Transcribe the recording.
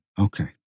Okay